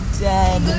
dead